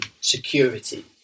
security